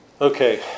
Okay